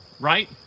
right